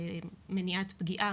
מניעת פגיעה,